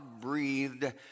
breathed